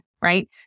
right